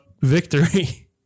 victory